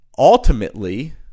Ultimately